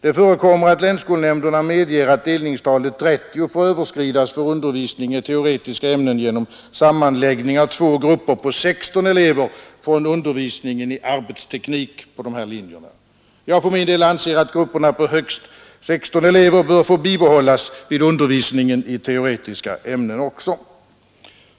Det förekommer att länsskolnämnderna medger att delningstalet 30 får överskridas vid undervisning i teoretiska ämnen genom sammanläggning av två grupper på 16 elever från undervisningen i arbetsteknik på de här linjerna. Jag för min del anser att grupperna på högst 16 elever bör bibehållas också vid undervisningen i teoretiska ämnen.